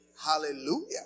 Hallelujah